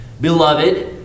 Beloved